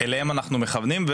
אליהם אנחנו מכוונים.